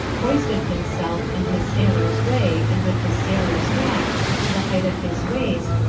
hoisted himself in his sailor's way, and with his sailor's knack to the height of his waist,